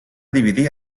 dividir